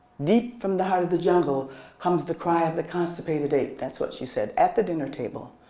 deep from the heart of the jungle comes the cry of the constipated ape, that's what she said at the dinner table,